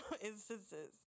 instances